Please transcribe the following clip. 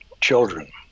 Children